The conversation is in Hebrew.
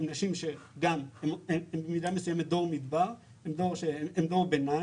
הן נשים שבמידה מסוימת הן דור מדבר, דור ביניים,